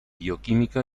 bioquímica